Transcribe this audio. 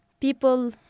people